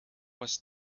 was